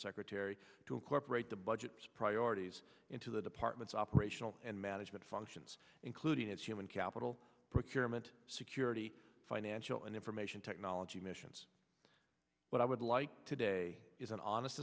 secretary to incorporate the budget priorities into the department's operational and management functions including its human capital procurement security financial and information technology missions what i would like today is an honest